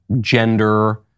gender